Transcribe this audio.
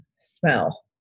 smell